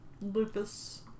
lupus